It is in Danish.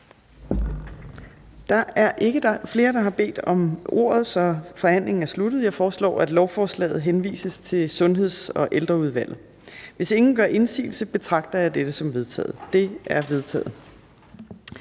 Da der ikke er flere, som har bedt om ordet, er forhandlingen sluttet. Jeg foreslår, at lovforslaget henvises til Sundheds- og Ældreudvalget. Hvis ingen gør indsigelse, betragter jeg dette som vedtaget. Det er vedtaget.